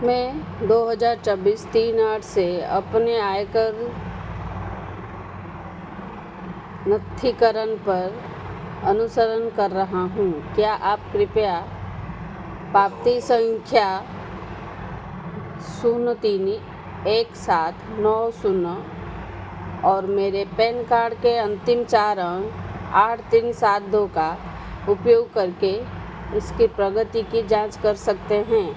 मैं दो हज़ार चौबीस तीन आठ से अपने आयकर नत्थीकरण पर अनुसरण कर रहा हूँ क्या आप कृप्या पावती संख्या शून्य तीन एक सात नौ शून्य और मेरे पैन कार्ड के अन्तिम चार अंक आठ तीन सात दो का उपयोग करके इसकी प्रगति की जाँच कर सकते हैं